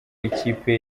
ikipe